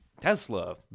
Tesla